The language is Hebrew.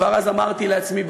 כבר אז אמרתי לעצמי,